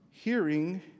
Hearing